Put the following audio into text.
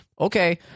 Okay